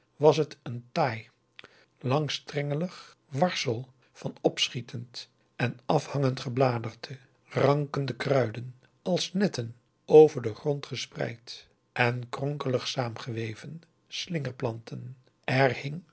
was het een taai langaugusta de wit orpheus in de dessa strengelig warsel van opschietend en afhangend gebladerte rankende kruiden als netten over den grond gespreid en kronkelig saamgeweven slingerplanten